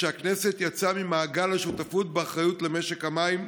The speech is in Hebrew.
שהכנסת יצאה ממעגל השותפות באחריות למשק המים,